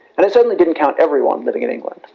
and it certainly didn't count everyone living in england.